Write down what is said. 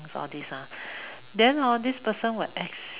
all these ah these hor then this person will acts